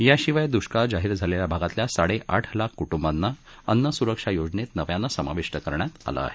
याशिवाय दुष्काळ जाहीर झालेल्या भागातल्या साडेआठ लाख कुटुंबांना अन्न सुरक्षा योजनेत नव्यानं समाविष्ट करण्यात आलं आहे